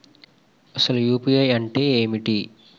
అసలు యూ.పీ.ఐ అంటే ఏమిటి?